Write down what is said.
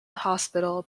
hospital